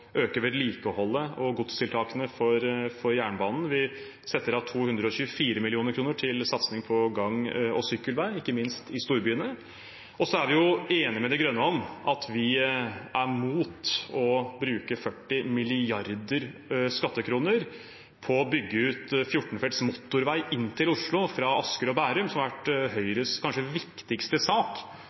øke vedlikeholdet og godstiltakene for jernbanen. Vi setter av 224 mill. kr til satsing på gang- og sykkelvei, ikke minst i storbyene. Så er vi enige med De grønne om at vi er mot å bruke 40 mrd. skattekroner på å bygge ut 14-felts motorvei inn til Oslo fra Asker og Bærum, som har vært Høyres kanskje viktigste sak